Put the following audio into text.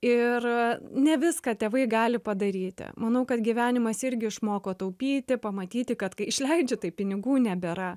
ir ne viską tėvai gali padaryti manau kad gyvenimas irgi išmoko taupyti pamatyti kad kai išleidžiu tai pinigų nebėra